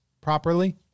properly